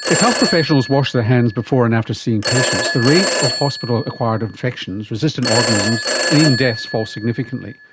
if health professionals wash their hands before and after seeing patients, the rate of hospital acquired infections, resistant organisms and even deaths fall significantly.